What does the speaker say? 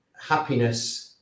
happiness